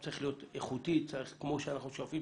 הוא צריך להיות איכותי כמו שאנחנו שואפים